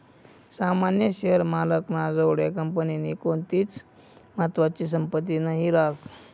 सामान्य शेअर मालक ना जोडे कंपनीनी कोणतीच महत्वानी संपत्ती नही रास